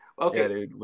Okay